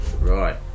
right